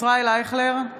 (קוראת בשמות חברי הכנסת) ישראל אייכלר,